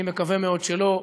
אני מקווה מאוד שלא,